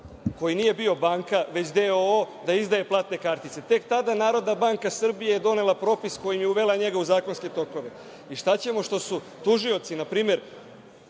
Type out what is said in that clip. koji nije bio banka, već DOO, da izdaje platne kartice? Tek tada NBS je donela propis kojim je uvela njega u zakonske tokove. Šta ćemo što su tužioci, na primer,